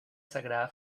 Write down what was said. sagrada